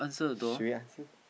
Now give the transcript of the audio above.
should we ask him